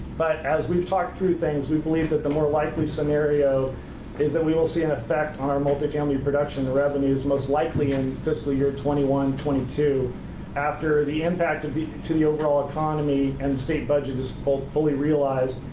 but as we've talked through things, we believe that the more likely scenario is that we will see an effect on our multifamily production. the revenue is most likely in fiscal year twenty one twenty two after the impact to the overall economy and the state budget is fully fully realized,